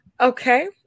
Okay